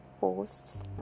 posts